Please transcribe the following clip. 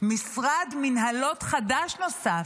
משרד מינהלות חדש נוסף,